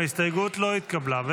ההסתייגות לא התקבלה.